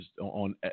on